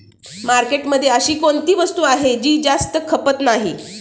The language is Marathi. मार्केटमध्ये अशी कोणती वस्तू आहे की जास्त खपत नाही?